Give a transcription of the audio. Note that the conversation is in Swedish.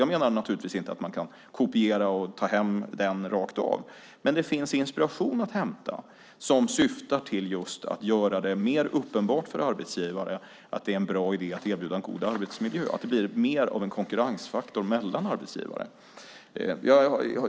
Jag menar naturligtvis inte att man kan kopiera och ta hem den rakt av, men det finns inspiration att hämta som syftar till att göra det mer uppenbart för arbetsgivare att det är en bra idé att erbjuda en god arbetsmiljö så att det blir mer av en konkurrensfaktor mellan arbetsgivare.